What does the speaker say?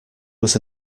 was